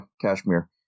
Kashmir